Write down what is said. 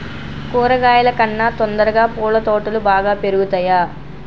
కూరగాయల కన్నా తొందరగా పూల తోటలు బాగా పెరుగుతయా?